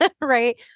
Right